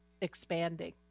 expanding